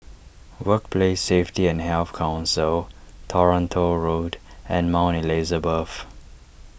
Workplace Safety and Health Council Toronto Road and Mount Elizabeth